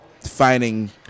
finding